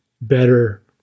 better